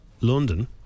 London